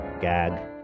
gag